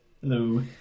hello